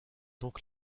donc